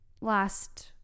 last